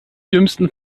dümmsten